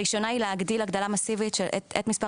הראשונה היא להגדיל הגדלה מסיבית את מספר